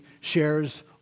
shares